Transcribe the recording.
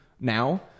now